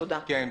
תודה.